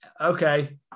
okay